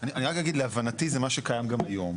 אני רק אגיד, להבנתי, זה מה שקיים גם היום.